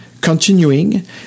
continuing